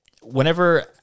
whenever